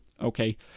Okay